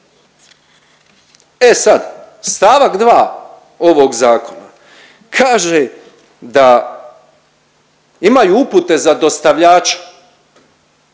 E sad stavak 2. ovog zakona kaže da imaju upute za dostavljača.